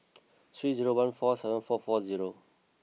three zero one four seven four four zero